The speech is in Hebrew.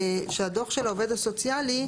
שהדוח של העובד הסוציאלי,